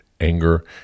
anger